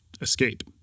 escape